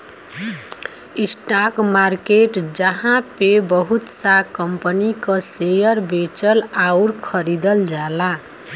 stock market जहाँ पे बहुत सा कंपनी क शेयर बेचल आउर खरीदल जाला